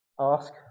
ask